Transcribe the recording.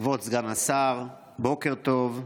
כבוד סגן השר, בוקר טוב.